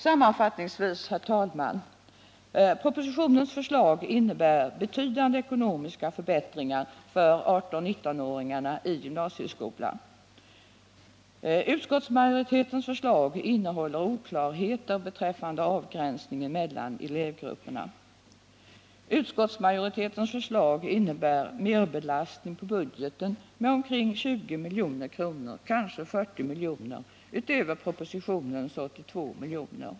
Sammanfattningsvis, herr talman: Propositionens förslag innebär betydande ekonomiska förbättringar för 18-19-åringarna i gymnasieskolan. Utskottsmajoritetens förslag innehåller oklarheter beträffande avgränsningen mellan elevgrupperna. Utskottsmajoritetens förslag innebär merbelastning på budgeten med omkring 20 milj.kr. — kanske 40 miljoner — utöver propositionens förslag, 82 miljoner.